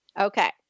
Okay